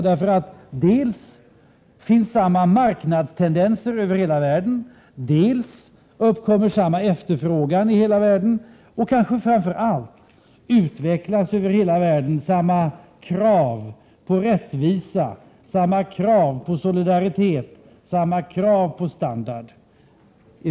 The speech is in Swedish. Dels finns samma marknadstendenser över hela världen, dels uppkommer samma efterfrågan i hela världen och dels — och kanske framför allt — utvecklas över hela världen samma krav på rättvisa, solidaritet och standard.